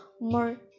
more